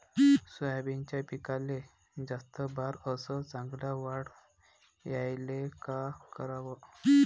सोयाबीनच्या पिकाले जास्त बार अस चांगल्या वाढ यायले का कराव?